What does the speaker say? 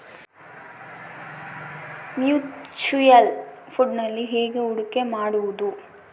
Mutual ಫುಣ್ಡ್ನಲ್ಲಿ ಹೇಗೆ ಹೂಡಿಕೆ ಮಾಡುವುದು?